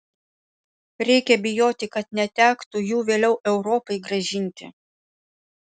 reikia bijoti kad netektų jų vėliau europai grąžinti